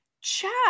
chat